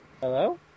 Hello